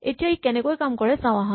এতিয়া ই কেনেকৈ কাম কৰে চাওঁ আহা